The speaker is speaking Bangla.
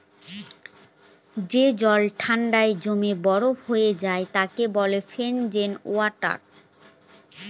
যে জল ঠান্ডায় জমে বরফ হয়ে যায় তাকে বলে ফ্রোজেন ওয়াটার